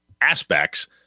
aspects